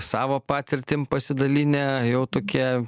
savo patirtim pasidalinę jau tokie